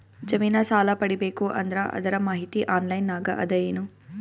ಜಮಿನ ಸಾಲಾ ಪಡಿಬೇಕು ಅಂದ್ರ ಅದರ ಮಾಹಿತಿ ಆನ್ಲೈನ್ ನಾಗ ಅದ ಏನು?